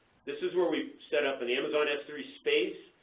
this is where we set up an amazon s three space,